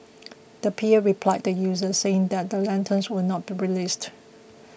the P A replied the users saying that the lanterns would not be released